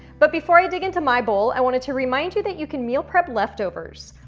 but, before i dig into my bowl, i wanted to remind you that you can meal prep leftovers.